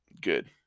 Good